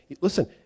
listen